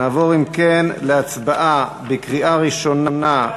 נעבור אם כן להצבעה בקריאה ראשונה.